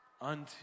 unto